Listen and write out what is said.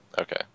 Okay